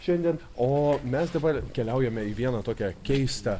šiandien o mes dabar keliaujame į vieną tokią keistą